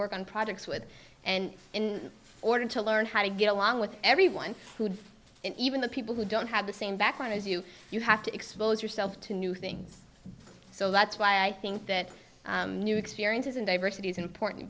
work on projects with and in order to learn how to get along with everyone and even the people who don't have the same background as you you have to expose yourself to new things so that's why i think that new experiences and diversity is important